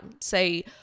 say